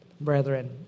brethren